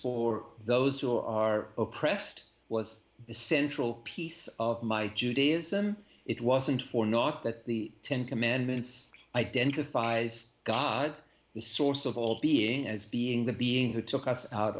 for those who are oppressed was the central piece of my judaism it wasn't for not that the ten commandments identifies god the source of all being as being the being who took us out